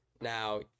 Now